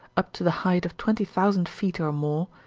up to the height of twenty thousand feet or more,